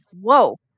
Whoa